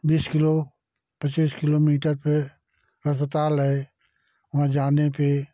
बीस किलो पचीस किलोमीटर पे अस्पताल है वहाँ जाने पे